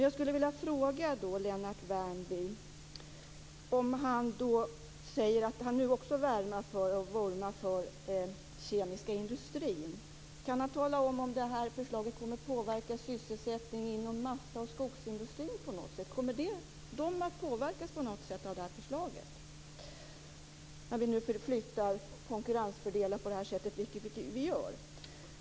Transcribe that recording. Jag skulle vilja fråga Lennart Värmby, som säger att han också vurmar för den kemiska industrin, om det här förslaget kommer att påverka sysselsättningen inom massa och skogsindustrin på något sätt. Kommer de att påverkas på något sätt av detta förslag, när vi nu förflyttar konkurrensfördelar på det sätt som vi gör.